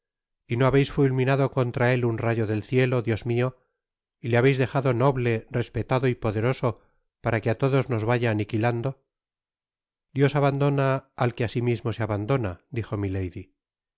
y no habeis fulminado contra él un rayo del cielo dios mio y le habeis dejado noble respetado y poderoso para que á todos nos vaya aniquilando dios abandona al que á si mismo se abandona dijo milady